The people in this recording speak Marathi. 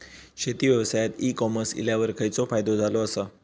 शेती व्यवसायात ई कॉमर्स इल्यावर खयचो फायदो झालो आसा?